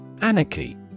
Anarchy